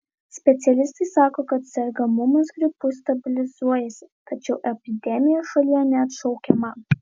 specialistai sako kad sergamumas gripu stabilizuojasi tačiau epidemija šalyje neatšaukiama